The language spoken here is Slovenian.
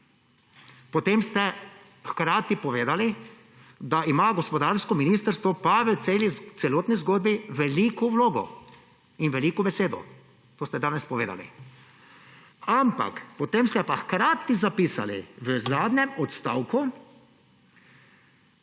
Potem ste hkrati povedali, da ima gospodarsko ministrstvo pa v celotni zgodbi veliko vlogo in veliko besedo. To ste danes povedali. Ampak, potem ste pa hkrati zapisali v zadnjem odstavku